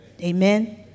Amen